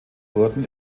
wurden